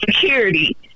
security